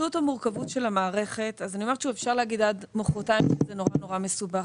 פשטות ומורכבות של המערכת: אפשר להגיד עד מוחרתיים שזה נורא מסובך.